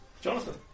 Jonathan